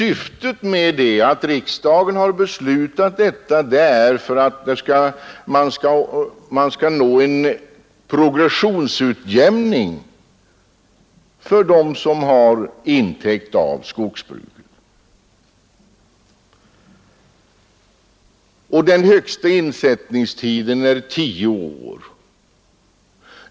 När riksdagen beslutade detta var syftet att möjliggöra en utjämning av skatteprogressionen för dem som har intäkt av skogsbruk. Den längsta insättningstiden är tio år.